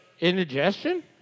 indigestion